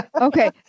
Okay